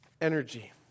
energy